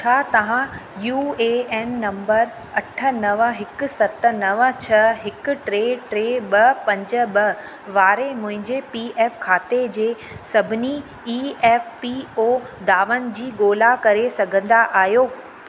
छा तव्हां U A N number अठ नव हिकु सत नव छह हिकु टे टे ॿ पंज ॿ वारे मुंहिंजे पी एफ खाते जे सभिनी ई एफ पी ओ दावनि जी ॻोल्हा करे सघंदा आहियो